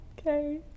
Okay